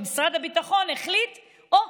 משרד הביטחון החליט: אוה,